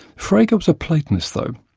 frege was a platonist, though,